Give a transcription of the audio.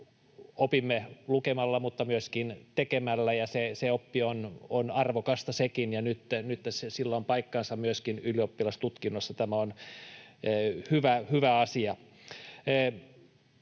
Opimme lukemalla mutta myöskin tekemällä, ja se oppi on arvokasta sekin. Nyt sillä on paikkansa myöskin ylioppilastutkinnossa — tämä on hyvä asia.